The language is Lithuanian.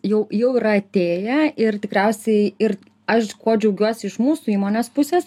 jau jau yra atėję ir tikriausiai ir aš kuo džiaugiuosi iš mūsų įmonės pusės